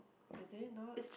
is it not